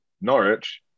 Norwich